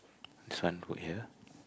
this one put here